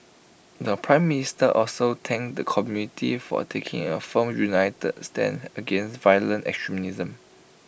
the Prime Minister also thanked the community for taking A firm united stand against violent extremism